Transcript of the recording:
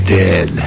dead